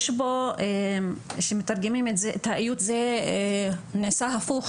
יש פה את האיות שנעשה הפוך,